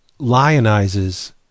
lionizes